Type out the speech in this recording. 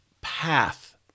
path